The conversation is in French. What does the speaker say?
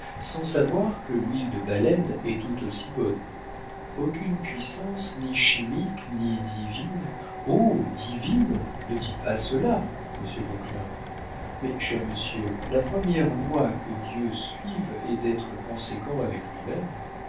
sans savoir que l'huile de baleine est tout aussi bonne aucune puissance ni chimique ni divine oh divine ne dites pas cela monsieur vauquelin mais cher monsieur la première loi que dieu suive est d'être conséquent avec lui-même